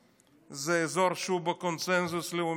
זה אזור שהוא בקונסנזוס לאומי רחב,